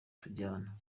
kuryana